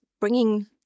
bringing